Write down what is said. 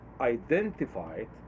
identified